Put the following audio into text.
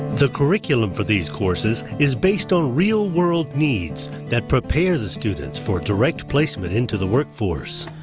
the curriculum for these courses is based on real world needs, that prepare the students for direct placement into the workforce.